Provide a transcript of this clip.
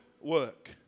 work